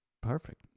Perfect